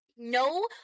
no